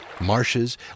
marshes